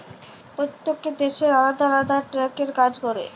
প্যইত্তেক দ্যাশের আলেদা আলেদা ট্যাক্সের কাজ ক্যরে